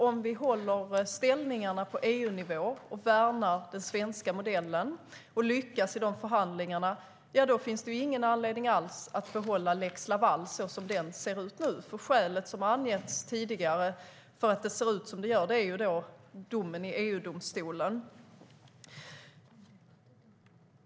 Om vi håller ställningarna på EU-nivå med att värna den svenska modellen och lyckas i förhandlingarna finns det ingen anledning alls att behålla lex Laval så som den ser ut nu. Skälet som har angetts tidigare för att det ser ut som det gör är domen i EU-domstolen.